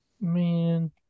Man